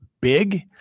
big